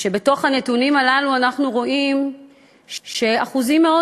ובתוך הנתונים הללו אנחנו רואים שאחוזים מאוד